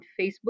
Facebook